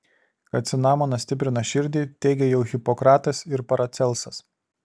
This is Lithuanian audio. kad cinamonas stiprina širdį teigė jau hipokratas ir paracelsas